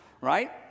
right